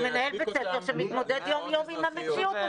הוא מנהל בית ספר שמתמודד יום יום עם המציאות הזאת.